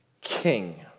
king